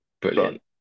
Brilliant